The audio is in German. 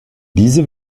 diese